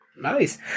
nice